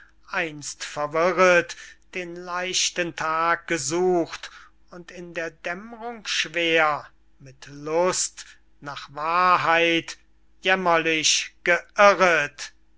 einst verwirret den leichten tag gesucht und in der dämmrung schwer mit lust nach wahrheit jämmerlich